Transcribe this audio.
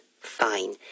fine